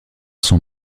son